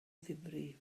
ddifrif